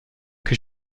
que